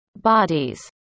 bodies